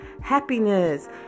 happiness